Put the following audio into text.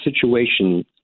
situation